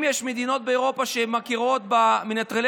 אם יש מדינות באירופה שמכירות במנטרלי